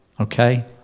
Okay